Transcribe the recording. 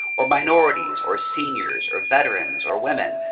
or minorities, or seniors, or veterans, or women.